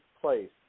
place